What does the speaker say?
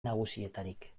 nagusietarik